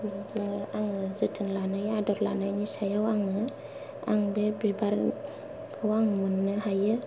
बिदिनो आङो जोथोन लानाय आदर लानायनि सायाव आङो आं बे बिबारखौ आं मोननो हायो